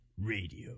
Radio